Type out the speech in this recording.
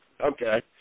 Okay